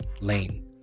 lane